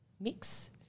mix